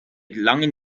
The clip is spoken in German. langen